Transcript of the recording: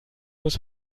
muss